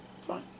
fine